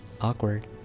Awkward